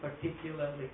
particularly